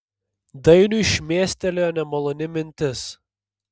dainiui šmėstelėjo nemaloni mintis